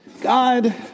God